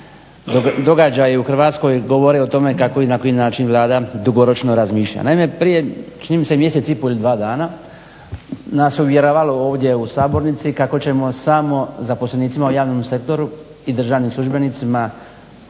događaj u Hrvatskoj govori o tome kako i na koji način Vlada dugoročno razmišlja. Naime, prije čini mi se mjesec i po ili dva dana nas je uvjeravala ovdje u sabornici kako ćemo samo zaposlenicima u javnom sektoru i državnim službenicima